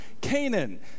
Canaan